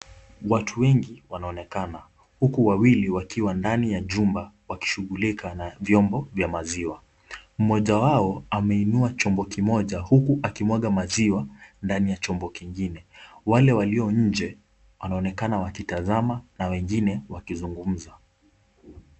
Watu wengi wanaonekana. Huku wawili wakiwa ndani ya chumba wakishughulika na vyombo vya maziwa. Mmoja wao ameinua chombo kimoja, huku akimwaga maziwa ndani ya chombo kingine. Wale walio nje wanaonekana wakitazama, na wengine wakizungumza.